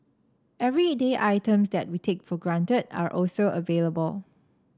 everyday items that we take for granted are also available